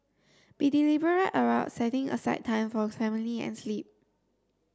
be deliberate about setting aside time for family and sleep